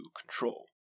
control